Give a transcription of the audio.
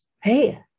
hey